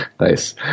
Nice